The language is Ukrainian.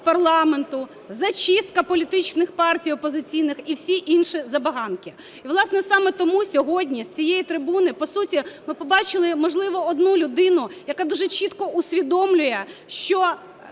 парламенту, "зачистка" політичних партій опозиційних і всі інші забаганки. І, власне, саме тому сьогодні з цієї трибуни, по суті, ми побачили, можливо, одну людину, яка дуже чітко усвідомлює, що